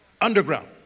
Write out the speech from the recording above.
underground